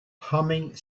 humming